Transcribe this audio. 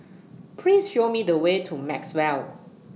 Please Show Me The Way to Maxwell